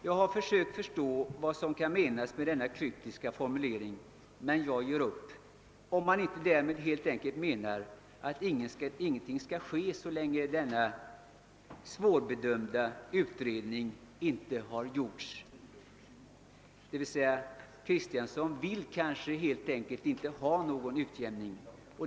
Jag har försökt tränga in i vad som kan avses med denna kryptiska formulering, men jag får ge upp försöket, såvida inte därmed helt enkelt menas att inget skall göras så länge denna svårbedömda utredning inte har genomförts. Det skulle i så fall betyda att herr Kristiansson kanske helt enkelt inte vill ha till stånd någon utjämning.